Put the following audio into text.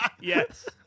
Yes